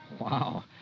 wow